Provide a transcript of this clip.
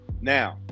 now